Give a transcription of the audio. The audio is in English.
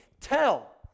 tell